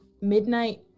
midnight